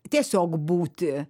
tiesiog būti